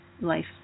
life